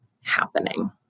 happening